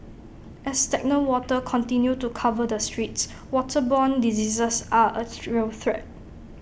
as stagnant water continue to cover the streets waterborne diseases are A real threat